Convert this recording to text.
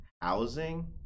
housing